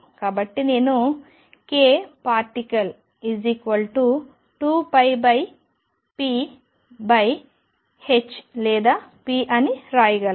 కాబట్టి నేను k particle 2πph లేదా p అని రాయగలను